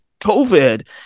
COVID